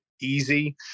easy